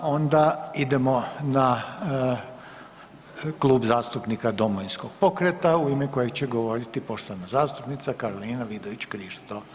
Onda idemo na Klub zastupnika Domovinskog pokreta u ime kojeg će govoriti poštovana zastupnica Karolina Vidović Krišto.